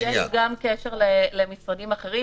יש גם קשר למשרדים אחרים,